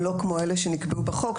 הם לא כמו אלה שנקבעו בחוק,